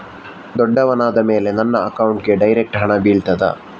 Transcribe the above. ದೊಡ್ಡವನಾದ ಮೇಲೆ ನನ್ನ ಅಕೌಂಟ್ಗೆ ಡೈರೆಕ್ಟ್ ಹಣ ಬೀಳ್ತದಾ?